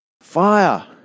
fire